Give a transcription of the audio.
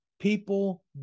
people